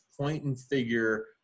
point-and-figure